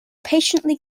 patiently